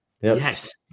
Yes